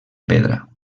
pedra